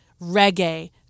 reggae